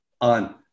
on